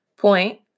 Point